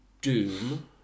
Doom